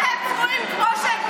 שרק אתמול ישבנו,